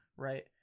right